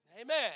Amen